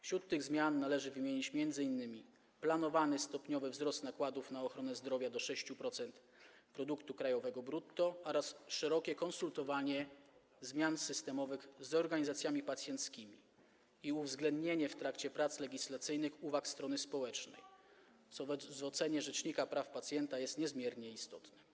Wśród tych zmian należy wymienić m.in. planowany stopniowy wzrost nakładów na ochronę zdrowia do 6% produktu krajowego brutto oraz szerokie konsultowanie zmian systemowych z organizacjami pacjenckimi i uwzględnianie w trakcie prac legislacyjnych uwag strony społecznej, co w ocenie rzecznika praw pacjenta jest niezmiernie istotne.